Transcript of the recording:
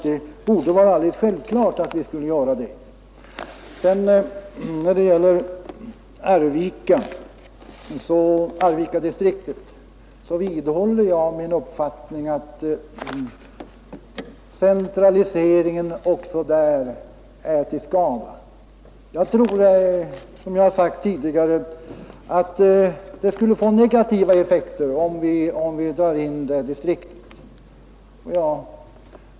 Det borde vara en självklarhet att vi skulle göra så. När det sedan gäller Arvikadistriktet vidhåller jag min uppfattning att centraliseringen också där är till skada. Jag tror, som jag sagt tidigare, att 141 en indragning av detta distrikt skulle få negativa effekter.